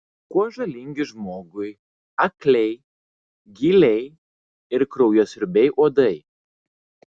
kuo žalingi žmogui akliai gyliai ir kraujasiurbiai uodai